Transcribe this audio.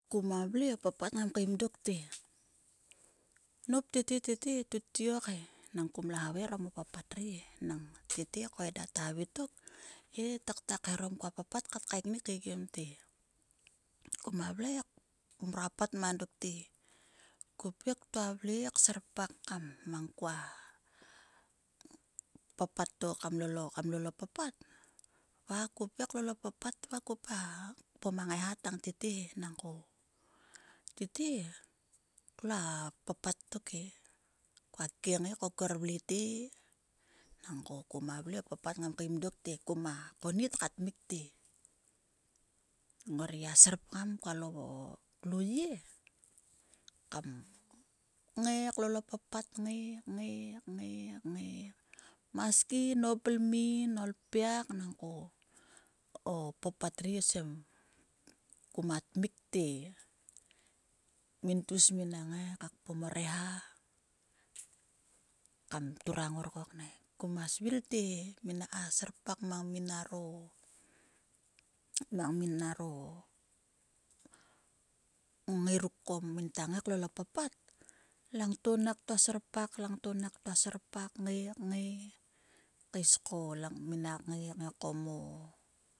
Kuma vle o papat ngam kaim dok te nop tete e kut tiok he nang kum la havai orom o papat ri e nang tete ko eda thavai tok he tkat kaeharom kua papat kaek nik te kuma vle kum mrua pat ma dok te kupe ktua vle he kserpak mang kua papat to kam lol o papat va kupe lol o papat va kupa kpom a ngaiha tang tete he. Nangko tete klua papat tok e. Kua kiengai ko ku her vle te nangko o papat ngam kaim dok te kom konit ka tmik te ngor gia serpgam kualo klo yie kam ngai klol o papat kngai kngai. maski nop lmin o i piak nangko o papat ri osem ka ma tmukte min tgus min nak ngai ka kpom o reha kam turang ngor ko knaik kuma svil te minak serpak mang minaro mang minaro ngongai ruk ko ngin ko ngin ta ngai klol o papal. Langto naktua serpak langto nak ktua serpak kngai kngai kaesko nginnak kngaiko mo